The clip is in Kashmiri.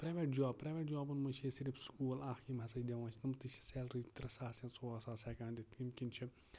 پریویٹ جاب پریویٹ جابَن منٛز چھِ اسہِ صِرف سکوٗل اکھ یِم ہسا دِوان چھِ تِم تہِ چھِ سیلری ترٛےٚ ساس یا ژور ساس ہیٚکان دِتھ ییٚمہِ کِنۍ چھُ